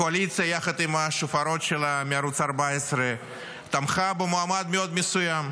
הקואליציה יחד עם השופרות שלה מערוץ 14 תמכה במועמד מאד מסוים.